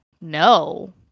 no